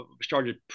started